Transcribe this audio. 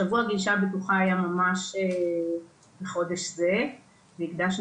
שבוע הגלישה הבטוחה התקיים ממש בחודש זה והקדשנו